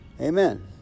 Amen